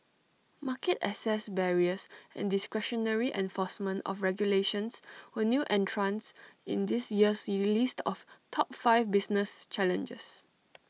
market access barriers and discretionary enforcement of regulations were new entrants in this year's list of top five business challenges